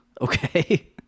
Okay